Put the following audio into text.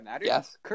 Yes